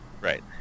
Right